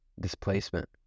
displacement